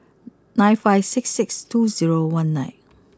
nine five six six two zero one nine